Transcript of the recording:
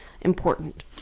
important